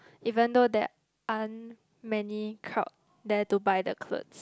even though there aren't many crowd there to buy the clothes